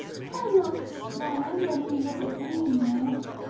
why not smile, when you look at me, meg